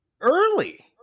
Early